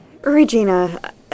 Regina